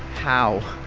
how,